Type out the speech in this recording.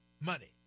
Money